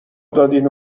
دادین